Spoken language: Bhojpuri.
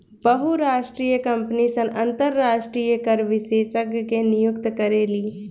बहुराष्ट्रीय कंपनी सन अंतरराष्ट्रीय कर विशेषज्ञ के नियुक्त करेली